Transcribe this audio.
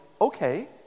okay